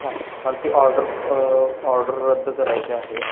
हां मला ती ऑर्डर ऑर्डर रद्द करायची आहे